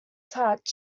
touch